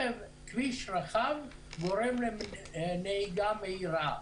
כביש רחב גורם לנהיגה מהירה.